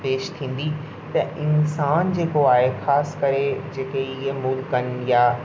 पेशि थींदी त इंसान जेको आहे ख़ासि करे जेके इहे मूलकनि या